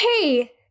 Hey